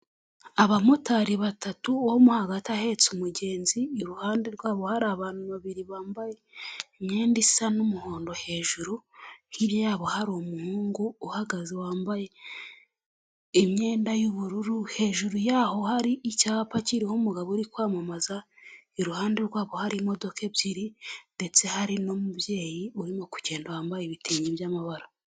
Abamotari batatu, uwo hagati ahetse umugenzi iruhande rwabo hari abantu babiri bambaye imyenda isa n'umuhondo hejuru yabo, hari umuhungu uhagaze wambaye imyenda y'ubururu. Hejuru yaho hari icyapa kiriho umugabo uri kwamamaza iruhande rwabo hari imodoka ebyiri ndetse hari n'umubyeyi urimo kugenda wambaye ibitenge by'amabara.